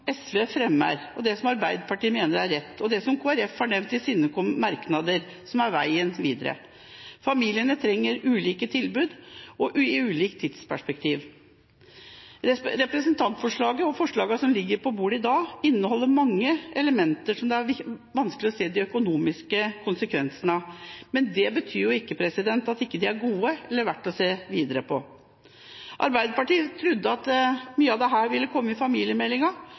SV fremmer, det som Arbeiderpartiet mener er rett, og det som Kristelig Folkeparti har nevnt i sine merknader, som er veien videre. Familiene trenger ulike tilbud og i ulikt tidsperspektiv. Representantforslaget og forslagene som ligger på bordet i dag, inneholder mange elementer som det er vanskelig å se de økonomiske konsekvensene av, men det betyr ikke at forslagene ikke er gode eller verdt å se videre på. Arbeiderpartiet trodde at mye av dette ville komme i